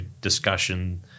discussion